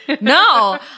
No